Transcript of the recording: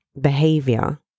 Behavior